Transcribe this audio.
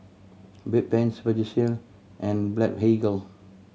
Bedpans Vagisil and Blephagel